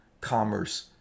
commerce